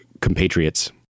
compatriots